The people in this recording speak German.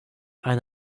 eine